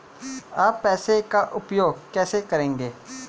आप पैसे का उपयोग कैसे करेंगे?